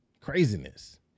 Craziness